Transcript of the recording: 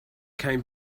came